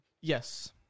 Yes